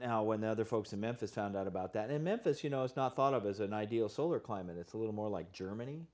now when the other folks in memphis found out about that in memphis you know it's not thought of as an ideal solar climate it's a little more like germany